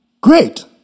Great